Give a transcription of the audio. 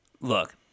Look